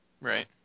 Right